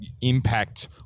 impact